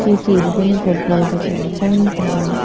केटीहरू पनि फुटबल त खेल्छन् तर